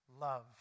love